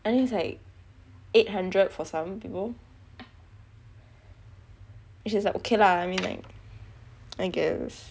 I think it's like eight hundred for some people which is like okay lah I mean like I guess